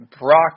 Brock